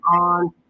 on